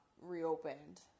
reopened